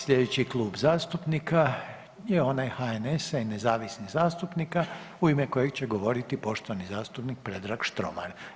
Sljedeći klub zastupnika je onaj HNS-a i nezavisnih zastupnika u ime kojeg će govoriti poštovani zastupnik Predrag Štromar.